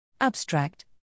Abstract